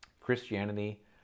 Christianity